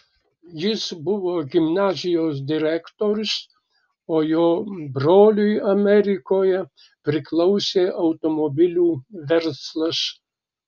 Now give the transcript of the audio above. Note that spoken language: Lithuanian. jis buvo gimnazijos direktorius o jo broliui amerikoje priklausė automobilių verslas